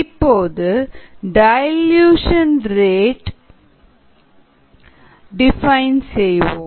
இப்போது dilution rate define செய்வோம்